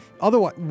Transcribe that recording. otherwise